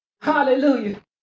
hallelujah